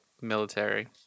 military